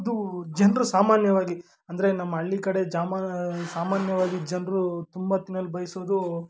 ಇದು ಜನರು ಸಾಮಾನ್ಯವಾಗಿ ಅಂದರೆ ನಮ್ಮ ಹಳ್ಳಿ ಕಡೆ ಜಮಾ ಸಾಮಾನ್ಯವಾಗಿ ಜನರು ತುಂಬ ತಿನ್ನಲು ಬಯಸೋದು